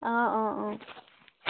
অঁ অঁ অঁ